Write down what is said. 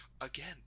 Again